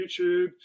YouTube